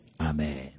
Amen